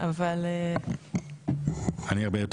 תפקיד מדהים